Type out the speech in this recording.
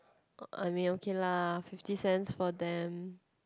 I mean okay lah fifty cents for them